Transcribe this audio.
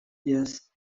yes